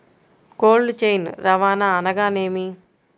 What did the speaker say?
Cold chain రవాణా అనగా నేమి?